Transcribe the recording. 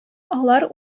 алар